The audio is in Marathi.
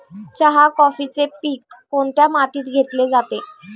चहा, कॉफीचे पीक कोणत्या मातीत घेतले जाते?